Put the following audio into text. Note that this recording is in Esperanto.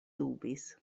dubis